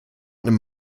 nimmt